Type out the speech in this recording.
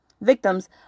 victims